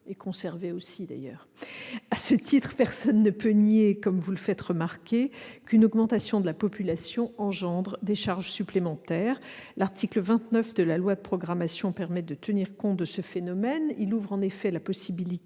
concernées. À ce titre, personne ne peut nier que, comme vous le faites remarquer, une augmentation de la population engendre des charges supplémentaires. L'article 29 de la loi de programmation mentionnée par vos soins permet de tenir compte de ce phénomène. Il ouvre en effet la possibilité